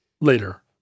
Later